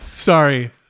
Sorry